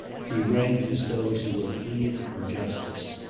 he ranked as those who were fleeing from justice.